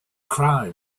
cry